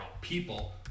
people